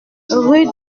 rue